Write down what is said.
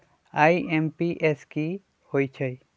IMPS की होईछइ?